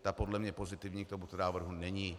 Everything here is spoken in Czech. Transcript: Ta podle mě pozitivní k tomuto návrhu není.